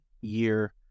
year